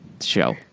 show